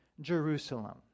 Jerusalem